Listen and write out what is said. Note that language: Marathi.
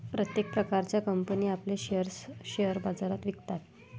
प्रत्येक प्रकारच्या कंपनी आपले शेअर्स शेअर बाजारात विकतात